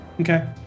Okay